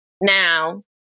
Now